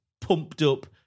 pumped-up